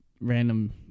random